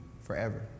forever